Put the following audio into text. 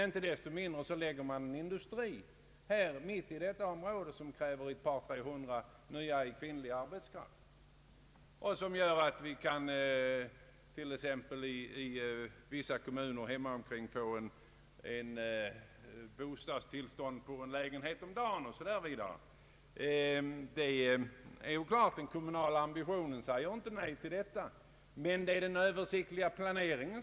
Inte desto mindre lägger man en industri inom detta område som kräver ny kvinnlig arbetskraft till ett antal av ett par, tre hundra. Det har lett till att inom vissa kommuner bostadstillstånd kan ges till ett antal av en lägenhet om dagen o.s.v. Det är klart att den kommunala ambitionen inte säger nej till detta, men här måste till en översiktlig planering.